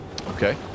Okay